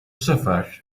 sefer